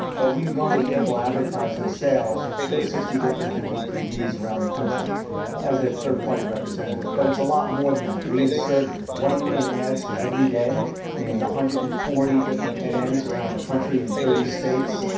but we run the cable advertising sales for sixty different and mvpds around the country as a third party representative. but it's a lot more than that. we insert one million ads every day in one hundred and forty different head-ins around the country in thirty states.